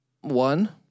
one